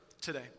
today